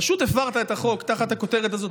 פשוט הפרת את החוק תחת הכותרת הזאת,